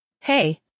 Hey